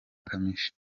kamichi